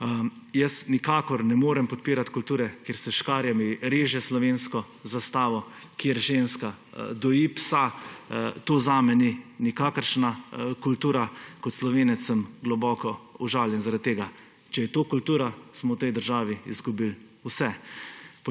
Jaz nikakor ne morem podpirati kulture, kjer se s škarjami reže slovenska zastava, kjer ženska doji psa. To zame ni nikakršna kultura. Kot Slovenec sem globoko užaljen zaradi tega; če je to kultura, smo v tej državi izgubili vse.